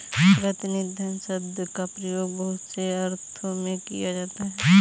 प्रतिनिधि धन शब्द का प्रयोग बहुत से अर्थों में किया जाता रहा है